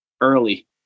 early